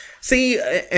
see